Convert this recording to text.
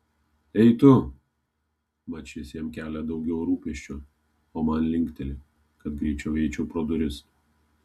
ei tu mat šis jam kelia daugiau rūpesčio o man linkteli kad greičiau eičiau pro duris